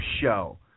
Show